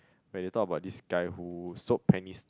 where they talk about this guy who sold penny